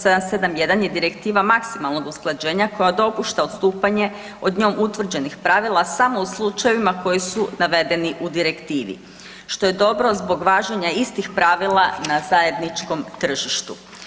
771 je direktiva maksimalnog usklađenja koja dopušta odstupanje od njom utvrđenih pravila samo u slučajevima koji su navedeni u direktivi, što je dobro zbog važenja istih pravila na zajedničkom tržištu.